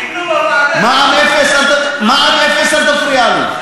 קיבלו בוועדה, מע"מ אפס, אל תפריע לי.